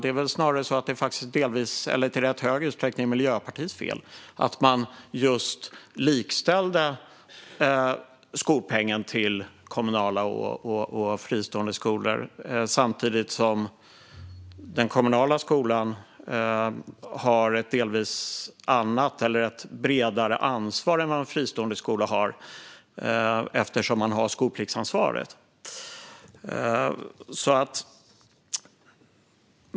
Det var väl faktiskt i rätt hög grad Miljöpartiets fel att man likställde skolpengen till kommunala och fristående skolor samtidigt som den kommunala skolan har ett delvis annat och bredare ansvar än en fristående skola har. Man har ju skolpliktsansvaret.